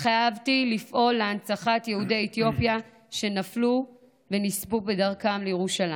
התחייבתי לפעול להנצחת יהודי אתיופיה שנפלו ונספו בדרכם לירושלים.